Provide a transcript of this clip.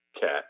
cat